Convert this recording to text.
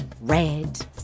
Red